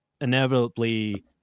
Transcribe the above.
inevitably